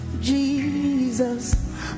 Jesus